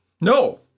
No